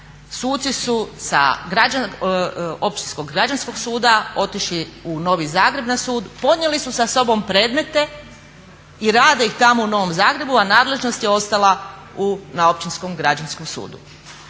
suci su sa Općinskog građanskog suda otišli u Novi Zagreb na sud, ponijeli su sa sobom predmete i rade ih tamo u Novom Zagrebu a nadležnost je ostala na Općinskom građanskom sudu.